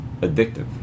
addictive